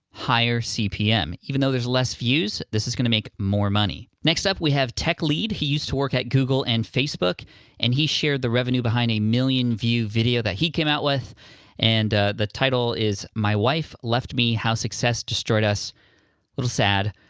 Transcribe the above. higher cpm. even though there's less views, this is gonna make more money. next, up we have techlead. he used to work at google and facebook and he shared the revenue behind a million-view video that he came out with and the title is my wife left me. how success destroyed us. a little sad.